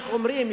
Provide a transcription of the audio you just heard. איך אומרים,